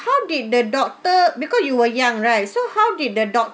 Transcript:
how did the doctor because you were young right so how did the doc~